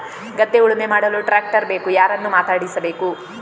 ಗದ್ಧೆ ಉಳುಮೆ ಮಾಡಲು ಟ್ರ್ಯಾಕ್ಟರ್ ಬೇಕು ಯಾರನ್ನು ಮಾತಾಡಿಸಬೇಕು?